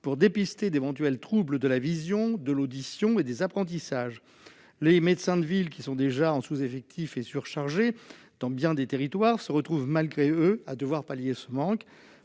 pour dépister d'éventuels troubles de la vision, de l'audition ou des apprentissages. Les médecins de ville, qui sont déjà en sous-effectifs et surchargés dans bien des territoires, se retrouvent malgré eux à devoir pallier ce manque.